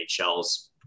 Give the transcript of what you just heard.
NHL's